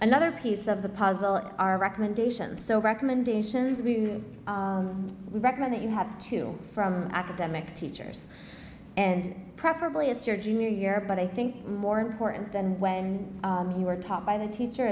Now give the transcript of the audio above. another piece of the puzzle and our recommendations so recommendations we recommend that you have to from academic teachers and preferably it's your junior year but i think more important and when you were taught by the teacher